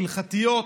הלכתיות,